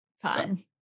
fun